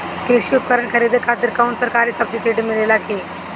कृषी उपकरण खरीदे खातिर कउनो सरकारी सब्सीडी मिलेला की?